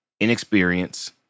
inexperience